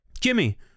Jimmy